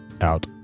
Out